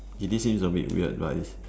K this seems a bit weird but is